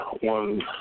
one